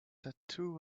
tattoo